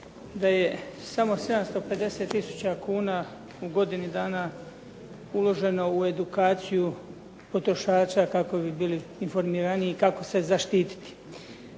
da je samo 750000 kuna u godini dana uloženo u edukaciju potrošača kako bi bili informiraniji kako se zaštititi.